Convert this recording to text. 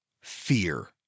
Fear